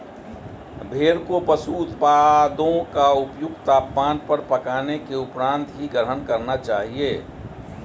भेड़ को पशु उत्पादों को उपयुक्त तापमान पर पकाने के उपरांत ही ग्रहण करना चाहिए